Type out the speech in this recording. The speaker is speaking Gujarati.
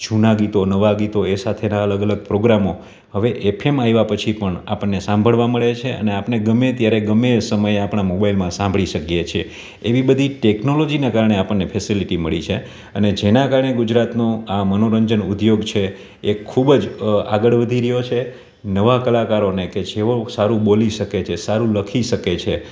જૂનાં ગીતો નવાં ગીતો એ સાથેનાં અલગ અલગ પ્રોગ્રામો હવે એફએમ આવ્યાં પછી પણ આપણને સાંભળવા મળે છે અને આપણને ગમે ત્યારે ગમે એ સમયે આપણાં મોબાઇલમાં સાંભળી શકીએ છે એવી બધી ટેકનોલોજીને કારણે આપણને ફેસલિટી મળી છે અને જેનાં કારણે ગુજરાતનું આ મનોરંજન ઉદ્યોગ છે એ ખૂબ જ આગળ વધી રહ્યો છે નવા કલાકારોને કે જેઓ સારું બોલી શકે છે સારું લખી શકે છે